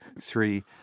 three